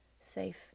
safe